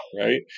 right